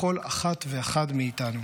בכל אחת ואחד מאיתנו.